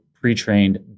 pre-trained